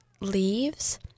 Leaves